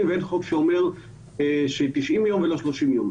ואין חוק שאומר שתשעים ימים ולא שלושים ימים.